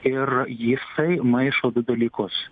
ir jisai maišo du dalykus